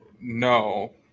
No